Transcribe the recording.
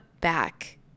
back